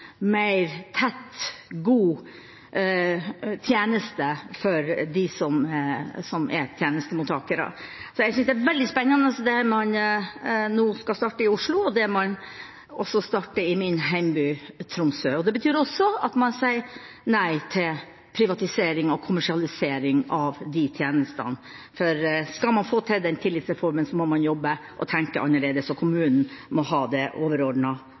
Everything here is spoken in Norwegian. mer tett og god tjeneste for de som er tjenestemottakere. Jeg synes det er veldig spennende det man skal starte i Oslo, og også i min hjemby, Tromsø. Det betyr at man sier nei til privatisering og kommersialisering av disse tjenestene, for skal man få til den tillitsreformen, må man jobbe og tenke annerledes. Kommunen må ha det